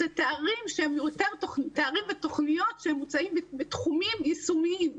אלה תארים ותוכניות שמוצעים בתחומים יישומיים.